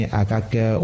akake